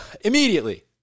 Immediately